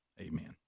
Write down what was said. Amen